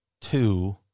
two